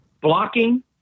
blocking